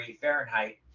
Fahrenheit